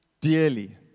dearly